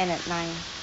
then leave earlier